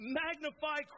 magnify